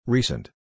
Recent